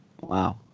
Wow